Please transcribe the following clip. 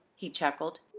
he chuckled.